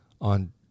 on